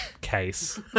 case